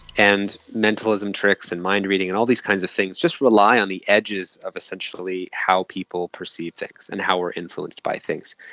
and mentalism tricks and mind reading and all these kinds of things just rely on the edges of essentially how people perceive things and how we are influenced by things.